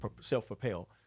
self-propel